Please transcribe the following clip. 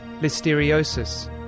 Listeriosis